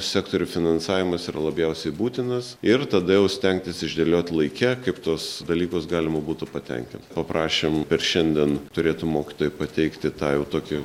sektorių finansavimas yra labiausiai būtinas ir tada jau stengtis išdėliot laike kaip tuos dalykus galima būtų patenkint paprašėm per šiandien turėtų mokytojai pateikti tą jau tokį